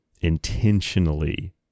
intentionally